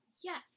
yes